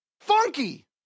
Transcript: Funky